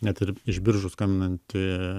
net ir iš biržų skambinanti